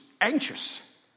anxious